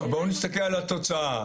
בואו נסתכל על התוצאה.